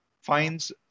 finds